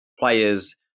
players